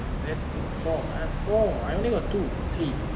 that's four four I only got two three